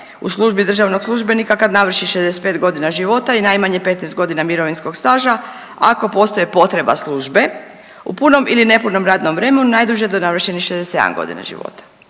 u službi državnog službenika kad navrši 65 godina života i najmanje 15 godina mirovinskog staža, ako postoji potreba službe u punom ili nepunom radnom vremenu najduže do navršenih 67 godina života.